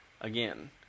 again